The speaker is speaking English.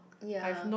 ya